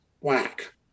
whack